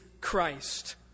Christ